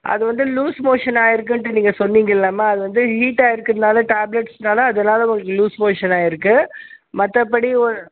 அது வந்து loose motion ஆயிருக்குன்ட்டு நீங்கள் சொன்னிங்கள்லம்மா அது வந்து ஹீட்டாக இருக்கிறதுனால டேப்லேட்ஸ்னால அதனால உங்களுக்கு லூஸ் மோஷன் ஆயிருக்கு மற்றபடி ஓ